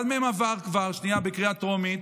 אחד מהם עבר כבר בקריאה טרומית,